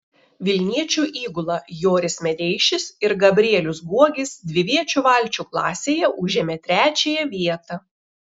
vilniečių įgula joris medeišis ir gabrielius guogis dviviečių valčių klasėje užėmė trečiąją vietą